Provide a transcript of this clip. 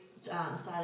started